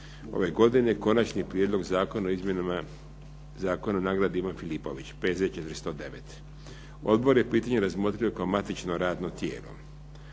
ove godine Konačni prijedlog Zakona o izmjenama Zakona o "Nagradi Ivan Filipović", P.Z. br. 409. Odbor je pitanje razmotrio kao matično radno tijelo.